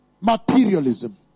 Materialism